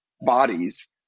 bodies